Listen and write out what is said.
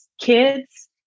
kids